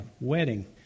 wedding